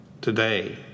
Today